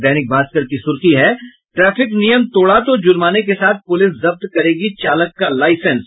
दैनिक भास्कर की सुर्खी ट्रैफिक नियम तोड़ा तो जुर्माने के साथ पुलिस जब्त करेगी चालक का इाईसेंस